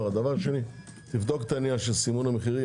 שנית, תבדוק את העניין של סימון המחירים.